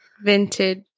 vintage